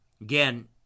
again